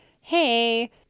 hey